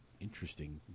interesting